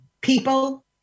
people